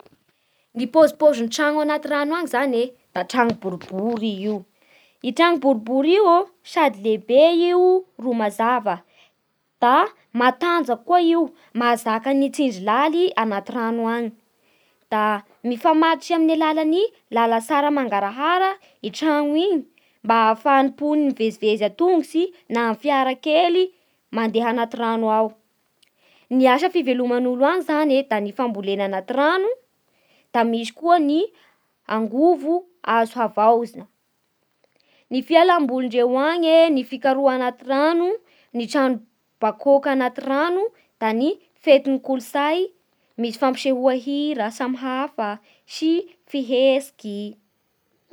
Ny pôzipôzin'ny trano anaty rano an y zany e, da trano boribory i io. I trano boribory io sady lehibe no mazava, da matanjaka koa io ary mahazaka ny tsindry laly anaty rano any. Da mifamatotsy amin'ny lalatsara mangarahara i trano igny mba ahafahan'ny poniny foivezivezy antongotsy na fiara kely mandeha anaty rano ao. Ny asa iveloman'olo any zany da ny fambolena anaty rano, da misy koa ny angovo azo havaozina. Ny fialambolindreo agny e, ny fikaroha anaty rano, ny trano bakôka anaty rano da ny fetin'ny koli-tsay, misy fampisehoa hira samy hafa sy fihetsiky.